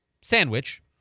sandwich